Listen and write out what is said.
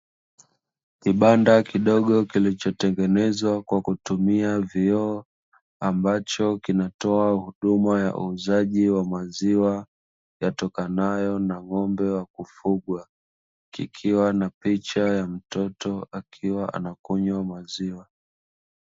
Kibanda kidogo kilichotengenezwa kwa kutumia vioo, ambacho kinatoa huduma ya uuzaji wa maziwa yatokanayo na ng'ombe wa kufugwa, kikiwa na picha ya mtoto akiwa anakunywa maziwa.